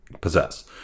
possess